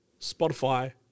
Spotify